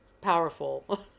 powerful